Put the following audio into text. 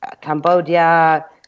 Cambodia